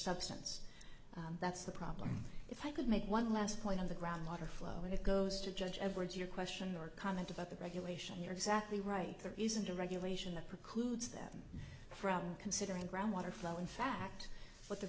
substance that's the problem if i could make one last point on the ground water flow and it goes to judge edwards your question or comment about the regulation you're exactly right there isn't a regulation that precludes them from considering groundwater flow in fact but the